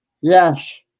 Yes